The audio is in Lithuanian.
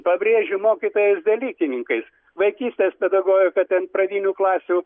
pabrėžiu mokytojais dalykininkais vaikystės pedagogika ten pradinių klasių